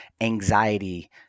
anxiety